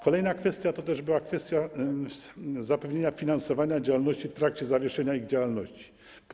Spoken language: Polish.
Kolejna kwestia to była kwestia zapewnienia finansowania działalności w trakcie zawieszenia ich działalności.